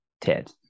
Ted